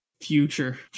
future